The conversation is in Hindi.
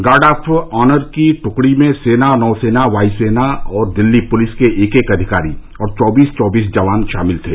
गार्ड ऑफ आनर के ट्कड़े में सेना नौसेना वायु सेना और दिल्ली पुलिस के एक एक अधिकारी और चौबीस चौबीस जवान शामिल थे